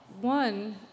One